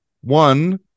One